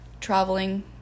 traveling